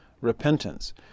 repentance